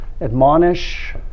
admonish